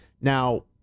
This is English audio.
Now